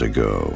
ago